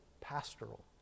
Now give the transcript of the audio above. pastoral